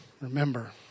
Remember